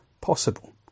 possible